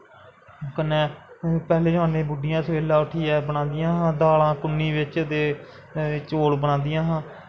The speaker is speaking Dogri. कन्नै पैह्लें जमानै च बुड्डियां सवेला उट्ठियै बनांदियां हां दाल कुन्नी बिच्च ते चौल बनांदियां हां